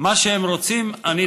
מה שהם רוצים, אני לרשותם.